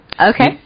Okay